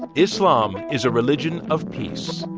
islam is a religion of peace.